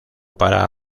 para